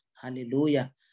hallelujah